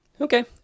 Okay